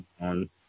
on